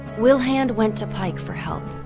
wilhand went to pike for help.